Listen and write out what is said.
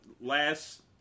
last